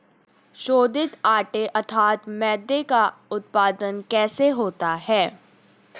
शोधित आटे अर्थात मैदे का उत्पादन कैसे होता है?